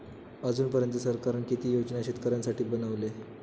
अजून पर्यंत सरकारान किती योजना शेतकऱ्यांसाठी बनवले?